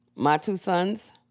my two sons